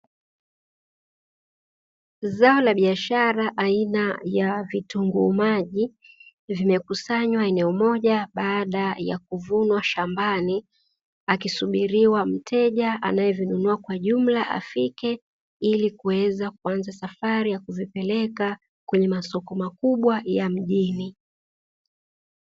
Zao la biashara aina ya vitunguu maji, vimekusanywa eneo moja baada ya kuvunwa shambani, akisubiriwa mteja anayevinunua kwa jumla afike, ili kuweza kuanza safari ya kuzipeleka kwenye masoko makubwa ya mjini.